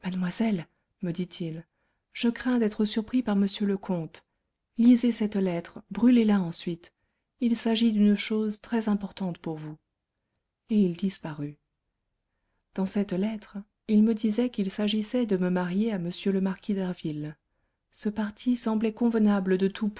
mademoiselle me dit-il je crains d'être surpris par m le comte lisez cette lettre brûlez la ensuite il s'agit d'une chose très-importante pour vous et il disparut dans cette lettre il me disait qu'il s'agissait de me marier à m le marquis d'harville ce parti semblait convenable de tout